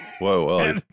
Whoa